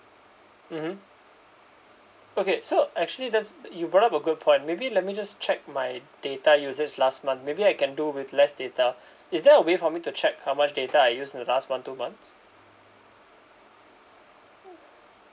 mmhmm okay so actually that's you brought up a good point maybe let me just check my data usage last month maybe I can do with less data is there a way for me to check how much data I used in the last one two months